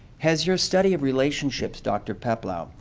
has your study of relationships, dr. peplau,